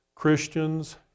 Christians